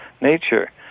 nature